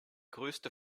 größte